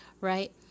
right